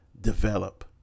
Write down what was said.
develop